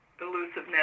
elusiveness